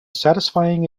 satisfying